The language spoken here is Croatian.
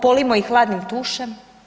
Polijmo ih hladnim tušem.